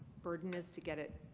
burden is to get it